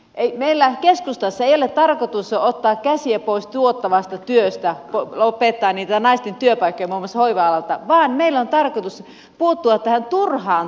ei meillä keskustassa ole tarkoitus ottaa käsiä pois tuottavasta työstä lopettaa niitä naisten työpaikkoja muun muassa hoiva alalta vaan meillä on tarkoitus puuttua tähän turhaan tekemiseen